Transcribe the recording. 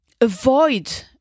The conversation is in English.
avoid